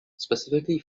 specifically